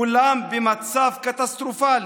כולם במצב קטסטרופלי.